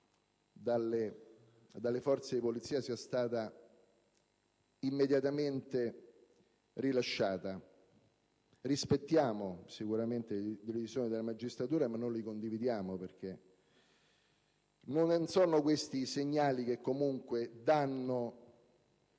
dalle forze di polizia sia stata immediatamente rilasciata. Rispettiamo certamente le decisioni della magistratura, ma non le condividiamo, perché non sono questi i segnali che danno